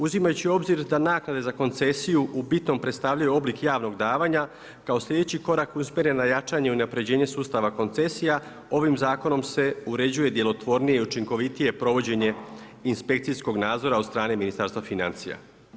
Uzimajući u obzir da naknade za koncesiju u bitnom predstavljaju oblik javnog davanja, kao sljedeći korak usmjeren na jačanje i unapređenje sustava koncesija, ovim zakonom se uređuje djelotvornije i učinkovitije provođenje inspekcijskog nadzora od strane Ministarstva financija.